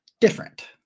different